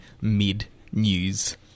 mid-news